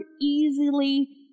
easily